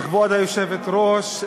כבוד היושבת-ראש,